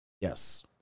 Yes